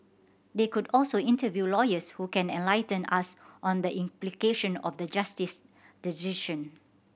they could also interview lawyers who can enlighten us on the implication of the Justice's decision